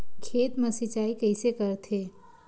खेत मा सिंचाई कइसे करथे?